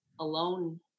alone